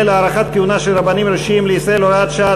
(הארכת כהונה של הרבנים הראשיים לישראל) (הוראת שעה),